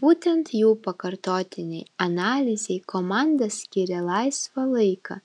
būtent jų pakartotinei analizei komanda skyrė laisvą laiką